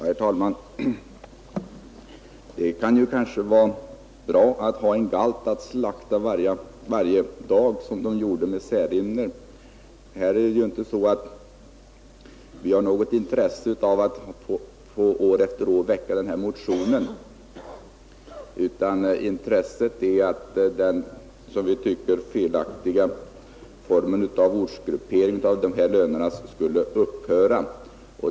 Herr talman! Det kan kanske vara bra att ha en galt att slakta varje dag, som man gjorde med Särimner. Vi har emellertid inte något intresse av att år efter år väcka en motion i denna fråga, utan vad vi är angelägna om är att den som vi tycker felaktiga ortsgrupperingen av statstjänstemännens löner skall upphöra.